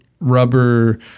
rubber